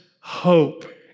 hope